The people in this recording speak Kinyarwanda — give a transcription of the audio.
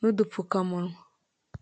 nudupfukamunwa.